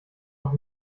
noch